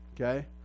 okay